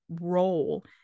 role